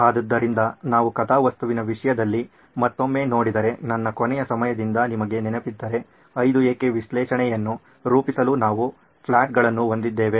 ಆದ್ದರಿಂದ ನಾವು ಕಥಾವಸ್ತುವಿನ ವಿಷಯದಲ್ಲಿ ಮತ್ತೊಮ್ಮೆ ನೋಡಿದರೆ ನನ್ನ ಕೊನೆಯ ಸಮಯದಿಂದ ನಿಮಗೆ ನೆನಪಿದ್ದರೆ 5 ಏಕೆ ವಿಶ್ಲೇಷಣೆಯನ್ನು ರೂಪಿಸಲು ನಾವು ಫ್ಲಾಟ್ಗಳನ್ನು ಹೊಂದಿದ್ದೇವೆ